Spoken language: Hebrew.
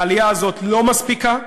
העלייה הזאת לא מספיקה,